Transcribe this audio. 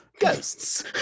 ghosts